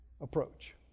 approach